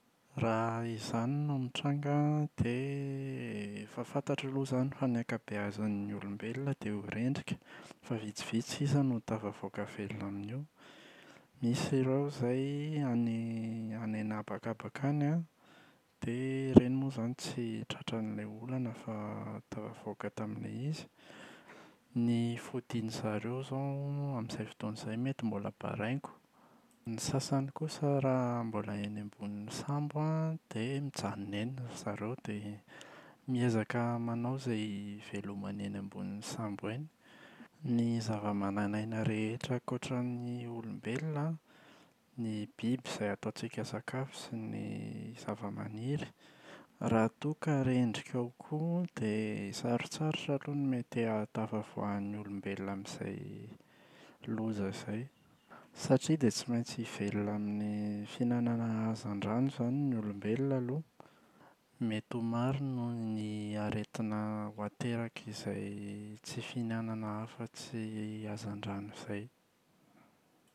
Raha izany no mitranga an dia efa fantatro aloha izany fa ny ankabeazin’ny olombelona dia ho rendrika fa vitsivitsy sisa no tafavoaka velona amin’io. Misy ireo izay any any an’habakabaka any an, dia ireny moa izany tsy tratran’ilay olana fa tafavoaka tamin’ilay izy. Ny fodian’izareo izao amin’izay fotoana izay mety mbola baraingo. Ny sasany kosa raha mbola eny ambonin’ny sambo dia mijanona eny ry zareo dia miezaka manao izay hivelomany eny ambonin’ny sambo eny. Ny zavamananaina rehetra ankoatra ny olombelona an, ny biby izay ataontsika sakafo sy ny zavamaniry raha toa ka rendrika ao koa an dia sarotsarotra aloha ny mety ahatafavoahan’ny olombelona amin’izay loza izay. Satria dia tsy maintsy hivelona amin’ny fihinanana hazan-drano izany ny olombelona aloha. Mety ho maro no ny aretina ho aterak’izay tsy fihinanana afa-tsy hazan-drano izay.